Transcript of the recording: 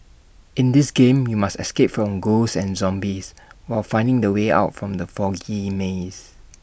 in this game you must escape from ghosts and zombies while finding the way out from the foggy maze